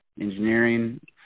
Engineering